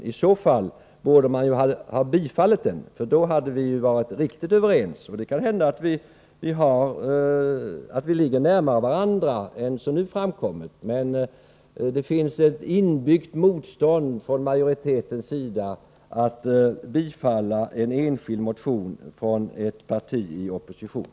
Om skillnaden var liten borde man ha bifallit den. Då hade vi kunnat vara riktigt överens. Det kan hända att vi ligger närmare varandra än vad som nu har framkommit — men det finns ett inbyggt motstånd hos majoriteten mot att bifalla en enskild motion från ett parti i opposition.